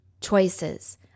choices